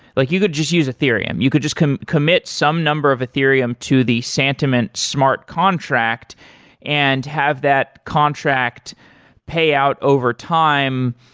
like you could just use ethereum. you could just commit some number of ethereum to the santiment smart contract and have that contract pay out over time.